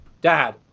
Dad